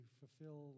fulfill